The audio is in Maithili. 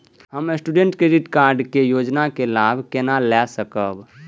हम स्टूडेंट क्रेडिट कार्ड के योजना के लाभ केना लय सकब?